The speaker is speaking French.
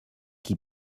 qui